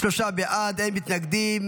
שלושה בעד, אין מתנגדים.